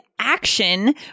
action